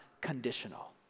Conditional